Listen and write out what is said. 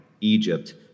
Egypt